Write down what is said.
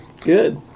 Good